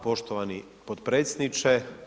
poštovani potpredsjedniče.